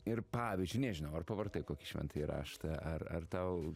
ir pavyzdžiui nežinau ar pavartai kokį šventąjį raštą ar ar tau